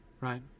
right